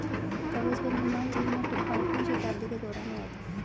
कागज का निर्माण चीन में आठवीं शताब्दी के दौरान हुआ था